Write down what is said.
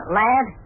lad